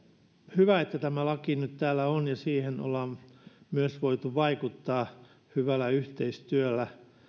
hyvä että tämä laki nyt täällä on ja siihen ollaan myös voitu vaikuttaa hyvällä yhteistyöllä